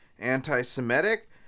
anti-semitic